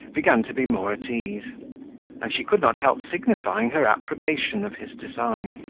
began to be more at ease and she could not help signifying her approbation of his design.